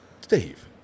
Steve